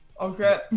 Okay